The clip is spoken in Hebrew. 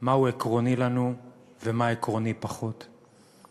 מה עקרוני לנו ומה עקרוני פחות,